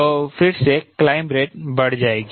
तो फिर से क्लाइंब रेट बढ़ जाएगी